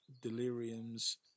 Delirium's